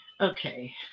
Okay